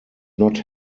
not